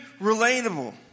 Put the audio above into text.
relatable